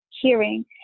hearing